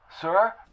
Sir